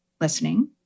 listening